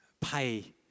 pay